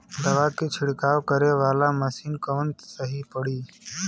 दवा के छिड़काव करे वाला मशीन कवन सही पड़ी?